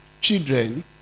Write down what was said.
children